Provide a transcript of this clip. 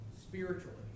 spiritually